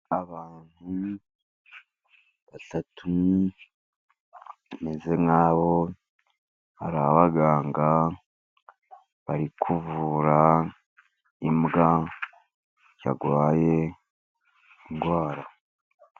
Abantu batatu bameze nk'aho ari abaganga, bari kuvura imbwa yarwaye indwara.